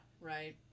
right